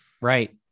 right